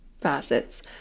facets